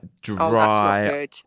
dry